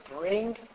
bring